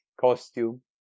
costume